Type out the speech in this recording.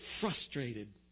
frustrated